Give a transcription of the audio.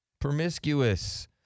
promiscuous